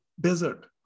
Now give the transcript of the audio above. desert